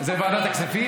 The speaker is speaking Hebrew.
ועדת כספים.